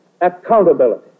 accountability